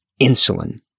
insulin